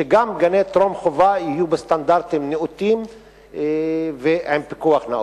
שגם גני טרום-חובה יהיו בסטנדרטים נאותים ועם פיקוח נאות.